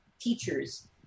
teachers